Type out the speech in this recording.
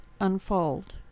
unfold